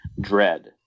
Dread